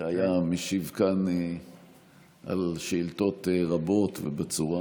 שהיה משיב כאן על שאילתות רבות ובצורה